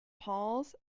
polls